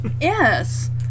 Yes